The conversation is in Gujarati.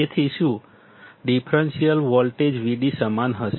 તેથી શું ડિફરન્સીયલ વોલ્ટેજ Vd સમાન હશે